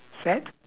sad